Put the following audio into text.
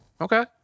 Okay